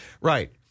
Right